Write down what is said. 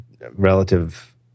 relative